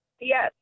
Yes